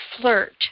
flirt